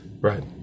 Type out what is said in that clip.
Right